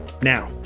Now